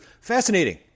Fascinating